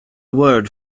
word